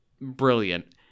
brilliant